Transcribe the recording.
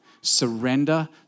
surrender